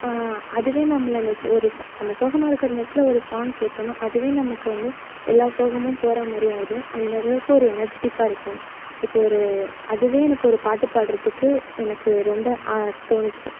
அதுவே நம்மள இந்த சோ ஒரு ச நம்ம சோகமாக இருக்கிற நேரத்தில் ஒரு சாங் கேட்டோன்னா அதுவே நமக்கு வந்து எல்லா சோகமும் போகிறா மாதிரி ஆயிடும் அந்தளவுக்கு ஒரு எனர்ஜிடிக்கா இருக்கும் இப்போது ஒரு அதுவே எனக்கு ஒரு பாட்டு பாடுறத்துக்கு எனக்கு ரொம்ப தோணுச்சு